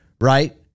right